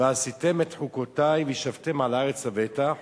"ועשיתם את חֻקֹתי, וישבתם על הארץ לבטח",